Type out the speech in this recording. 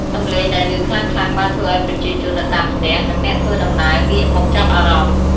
សំឡេងដែលឮខ្លាំងៗបានធ្វើឱ្យប្រជាជននៅតាមផ្ទះ និងអ្នកធ្វើដំណើរងាកមកចាប់អារម្មណ៍។